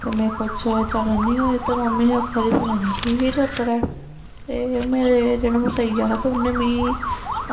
ते मेरे कोलूं सबेरे चलन निं होए ते मम्मी ही आक्खा दी पता निं की चक्कर ऐ ते मेरे जेह्ड़ा मसेइया हा ते उन्ने मिगी